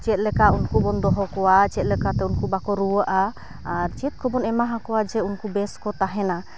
ᱪᱮᱫᱞᱮᱠᱟ ᱩᱱᱠᱩᱵᱚᱱ ᱫᱚᱦᱚ ᱠᱚᱣᱟ ᱪᱮᱫ ᱞᱮᱠᱟᱛᱮ ᱩᱱᱠᱚ ᱵᱟᱠᱚ ᱨᱩᱣᱟᱹᱜᱼᱟ ᱟᱨ ᱪᱮᱫᱠᱚᱵᱚᱱ ᱮᱢᱟ ᱠᱚᱣᱟ ᱡᱮ ᱩᱱᱠᱚ ᱵᱮᱥᱠᱚ ᱛᱟᱦᱮᱱᱟ